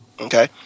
Okay